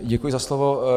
Děkuji za slovo.